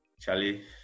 Charlie